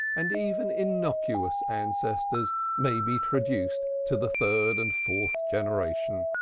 and even innocuous ancestors may be traduced to the third and fourth generation.